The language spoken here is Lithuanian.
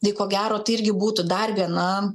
tai ko gero tai irgi būtų dar viena